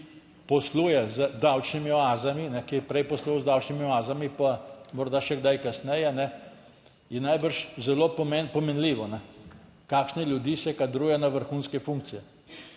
ki posluje z davčnimi oazami, ki je prej posloval z davčnimi oazami, pa morda še kdaj kasneje je najbrž zelo pomenljivo, kakšne ljudi se kadruje na vrhunske funkcije.